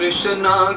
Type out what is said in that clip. Krishna